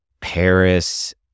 Paris